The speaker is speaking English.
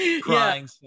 crying